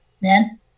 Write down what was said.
Man